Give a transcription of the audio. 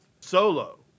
Solo